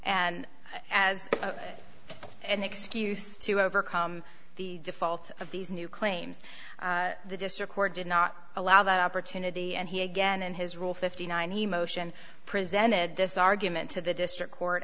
and as an excuse to overcome the default of these new claims the district court did not allow that opportunity and he again in his rule fifty nine emotion presented this argument to the district court